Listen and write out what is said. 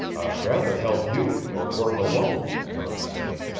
i'd rather help you or work alone, murk said.